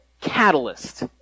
catalyst